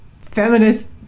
feminist